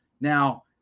Now